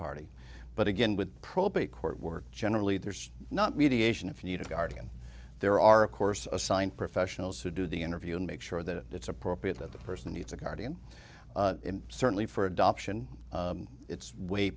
party but again with probate court work generally there's not mediation if you need a guardian there are of course assigned professionals who do the interview and make sure that it's appropriate that the person needs a guardian certainly for adoption it's way